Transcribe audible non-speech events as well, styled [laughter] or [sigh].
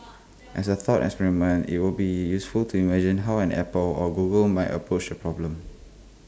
[noise] as A thought experiment IT would be useful to imagine how an Apple or Google might approach the problem